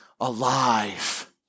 alive